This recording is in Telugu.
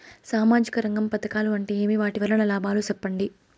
సామాజిక రంగం పథకాలు అంటే ఏమి? వాటి వలన లాభాలు సెప్పండి?